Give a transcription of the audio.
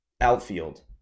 outfield